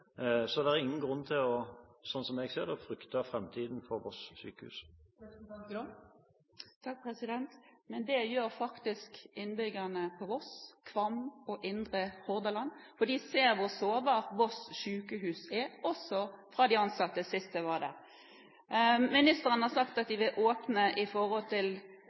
Så det er ingen grunn til, slik jeg ser det, å frykte framtiden for Voss sjukehus. Men det gjør faktisk innbyggerne på Voss, Kvam og i Indre Hordaland, for de ser hvor sårbart Voss sjukehus er. Det gjorde også de ansatte sist jeg var der. Ministeren har sagt at de vil åpne